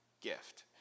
gift